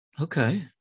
Okay